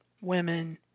women